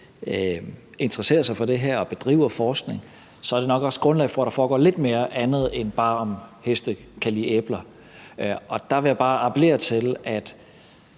interesserer sig for det her og bedriver forskning, er det nok også grundlag for, at der foregår lidt mere, end bare om heste kan lide æbler. Og der vil jeg bare appellere til, at